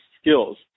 skills